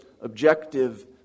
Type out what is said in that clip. objective